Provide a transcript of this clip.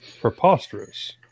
preposterous